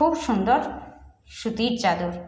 খুব সুন্দর সুতির চাদর